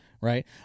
right